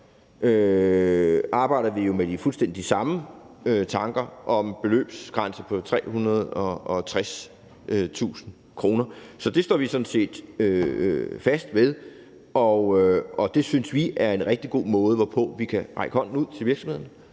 arbejdede vi jo med de fuldstændig samme tanker om en beløbsgrænse på 360.000 kr. Så det står vi sådan set fast på, og det synes vi er en rigtig god måde, hvorpå vi kan række hånden ud til virksomhederne